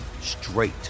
straight